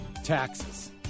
taxes